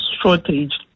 shortage